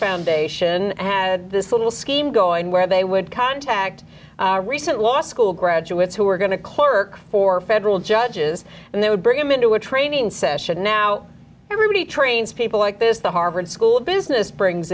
foundation had this little scheme going where they would contact a recent law school graduates who were going to clerk for federal judges and they would bring him into a training session now everybody trains people like this the harvard school of business brings